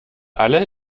alle